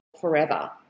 forever